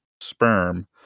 sperm